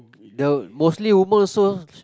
the mostly woman also